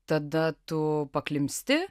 tada tu paklimsti